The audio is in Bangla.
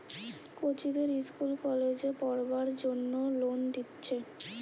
কচিদের ইস্কুল কলেজে পোড়বার জন্যে লোন দিচ্ছে